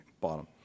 bottom